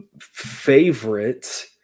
Favorite